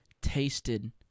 tasted